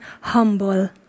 humble